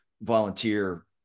volunteer